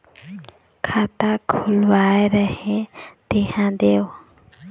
खाता खुलवाय रहे तेला देव?